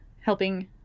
helping